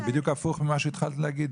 זה בדיוק הפוך ממה שהתחלת להגיד.